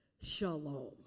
Shalom